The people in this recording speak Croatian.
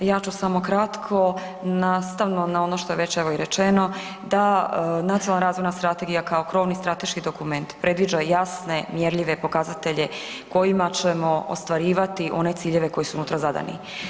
Ja ću samo kratko, nastavno na ono što je već evo i rečeno da Nacionalna razvojna strategija kao krovni strateški dokument predviđa jasne mjerljive pokazatelje kojima ćemo ostvarivati one ciljeve koji su unutra zadani.